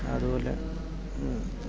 അതുപോലെ